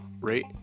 rate